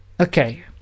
okay